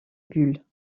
bulles